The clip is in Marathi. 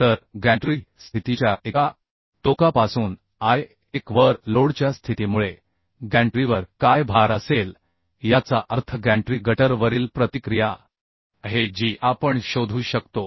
तर गॅन्ट्री स्थितीच्या एका टोकापासून l1 वर लोडच्या स्थितीमुळे गॅन्ट्रीवर काय भार असेल याचा अर्थ गॅन्ट्री गटरवरील प्रतिक्रिया आहे जी आपण शोधू शकतो